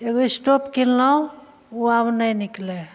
एगो एसटोप किनलहुँ ओ आब नहि निकलै है